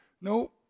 No